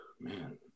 Man